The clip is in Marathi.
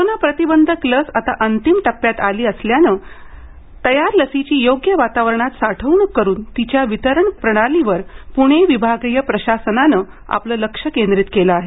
कोरोना प्रतिबंधक लस आता अंतिम टप्प्यात आली असल्यानं तयार लसीची योग्य वातावरणात साठवणूक करून तिच्या वितरण प्रणालीवर पुणे विभागीय प्रशासनानं आपलं लक्ष केंद्रित केलं आहे